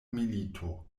milito